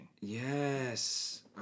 yes